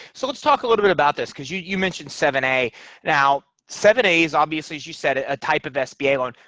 so let's talk a little bit about this because you you mentioned seven a now seven a obviously as you said a a type of sba loan.